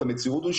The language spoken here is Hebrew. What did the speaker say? את המציאות הוא,